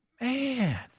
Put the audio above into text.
Man